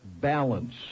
balance